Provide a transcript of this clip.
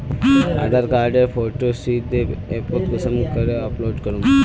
आधार कार्डेर फोटो सीधे ऐपोत कुंसम करे अपलोड करूम?